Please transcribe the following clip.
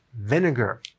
vinegar